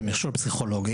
זה מכשור פסיכולוגי.